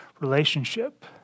relationship